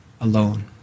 alone